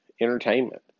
entertainment